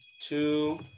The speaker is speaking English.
two